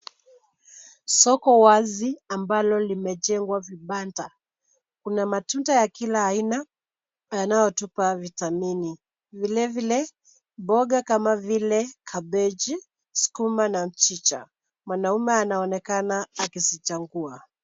Soko wazi ambalo limejengwa vibanda kuna matunda ya kila aina yanayotupa vitamini, vilevile mboga kama vile kabeji, sukuma na mchicha. Mwanaume anaonekana akizichagua.